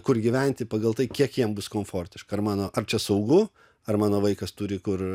kur gyventi pagal tai kiek jiem bus komfortiška ir mano ar čia saugu ar mano vaikas turi kur